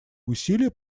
усилия